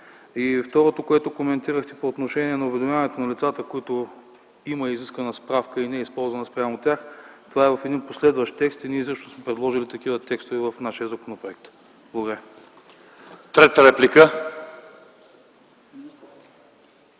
Второто, което коментирахте по отношение на уведомяването на лицата, за които има изискана справка и не е използвана спрямо тях – това е в един последващ текст. Ние също сме предложили такива текстове в нашия законопроект. Благодаря. ПРЕДСЕДАТЕЛ